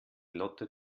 lotte